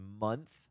month